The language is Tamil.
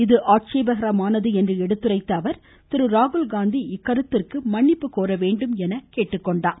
இது ஆட்சேபகரமானது என்று எடுத்துரைத்த அவர் திரு ராகுல்காந்தி இதற்கு மன்னிப்பு கோரவேண்டும் என கோரினார்